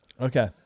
Okay